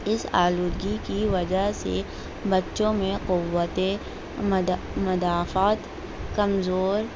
اس آلودگی کی وجہ سے بچوں میں قوتِ مدافات کمزور